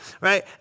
Right